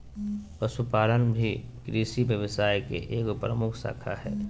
पशुपालन भी कृषि व्यवसाय के एगो प्रमुख शाखा हइ